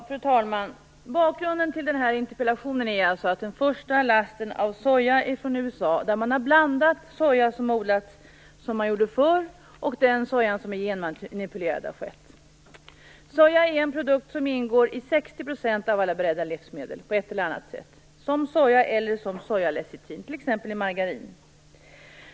Fru talman! Bakgrunden till interpellationen är den första lasten från USA av soja som består av soja som odlats som man gjorde förr blandad med soja som är genmanipulerad. Soja är en produkt som på ett eller annat sätt ingår i 60 % av alla beredda livsmedel som soja eller som sojalecitin, t.ex. i margarin.